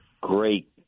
great